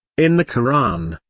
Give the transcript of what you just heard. in the koran,